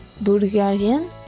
Bulgarian